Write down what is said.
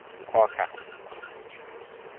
and koa kau, one of his students.